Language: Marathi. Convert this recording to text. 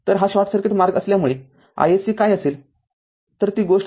तर हा शॉर्ट सर्किट मार्ग असल्यामुळे isc काय असेल तर ती गोष्ट आहे